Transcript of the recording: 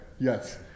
yes